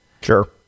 Sure